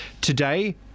Today